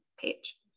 page